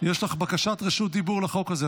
יש לך בקשות רשות דיבור לחוק הזה.